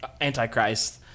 Antichrist